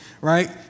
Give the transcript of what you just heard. right